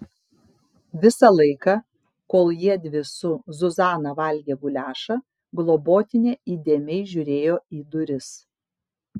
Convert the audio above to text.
visą laiką kol jiedvi su zuzana valgė guliašą globotinė įdėmiai žiūrėjo į duris